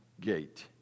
gate